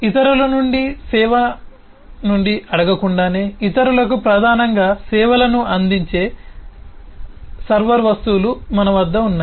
ఇతరుల నుండి సేవ నుండి అడగకుండానే ఇతరులకు ప్రధానంగా సేవలను అందించే సర్వర్ వస్తువులు మన వద్ద ఉన్నాయి